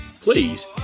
please